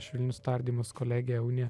švelnius tardymus kolegė unė